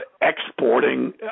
exporting